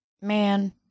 Man